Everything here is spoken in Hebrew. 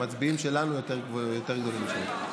המצביעים שלנו יותר רבים משלכם.